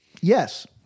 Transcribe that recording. Yes